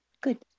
Good